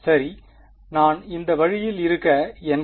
சரி நான் இந்த வழியில் இருக்க n